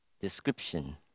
description